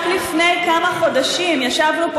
רק לפני כמה חודשים ישבנו פה,